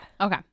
okay